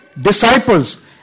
disciples